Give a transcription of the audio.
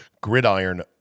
gridiron